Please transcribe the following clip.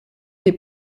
des